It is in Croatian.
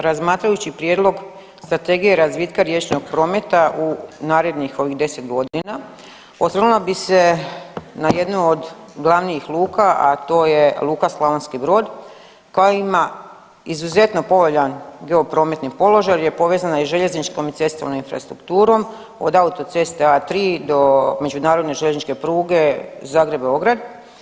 Razmatrajući Prijedlog Strategije razvitka riječnog prometa u narednih ovih 10 godina, osvrnula bih se na jednu od glavnih luka, a to je Luka Slavonski Brod koja ima izuzetno povoljan geoprometni položaj jel je povezana i željezničkom i cestovnom infrastrukturom, od autoceste A3 do međunarodne željezničke pruge Zagreb-Beograd.